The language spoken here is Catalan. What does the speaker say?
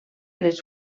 les